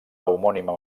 homònima